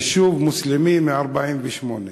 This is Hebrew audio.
יישוב מוסלמי מ-1948.